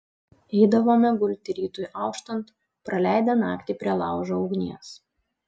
eidavome gulti rytui auštant praleidę naktį prie laužo ugnies